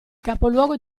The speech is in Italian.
capoluogo